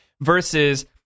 versus